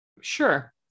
Sure